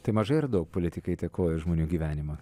tai mažai ar daug politika įtakoja žmonių gyvenimą